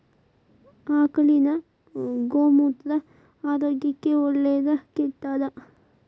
ಆಕಳಿನ ಗೋಮೂತ್ರ ಆರೋಗ್ಯಕ್ಕ ಒಳ್ಳೆದಾ ಕೆಟ್ಟದಾ?